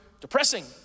depressing